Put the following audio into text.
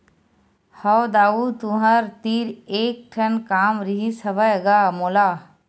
हव दाऊ तुँहर तीर एक ठन काम रिहिस हवय गा मोला